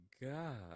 God